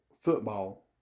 football